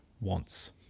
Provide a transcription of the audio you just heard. wants